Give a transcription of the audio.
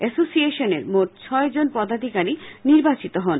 এসোসিয়েশনের মোট ছয়জন পদাধিকারী নির্বাচিত হন